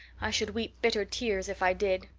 i should weep bitter tears if i did.